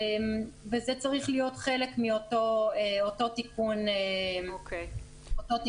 וזה צריך להיות חלק מאותו תיקון חקיקה.